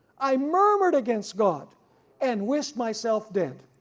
i murmured against god and wished myself dead.